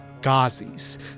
Ghazis